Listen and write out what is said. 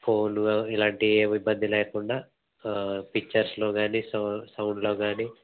phone ఇలాంటి ఏమి ఇబ్బంది లేకుండా పిక్చర్స్లో కానీ సౌం సౌండ్లో కానీ